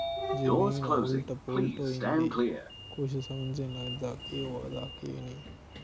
ज़मीन उलट पुलट होई जंदी कुछ समझ निं लगदा केह् होआ दा केह् नेईं